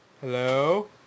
Hello